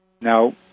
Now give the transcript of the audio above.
Now